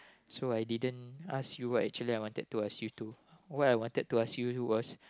so I didn't ask you what actually I wanted to ask you to what I wanted to ask you was